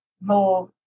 more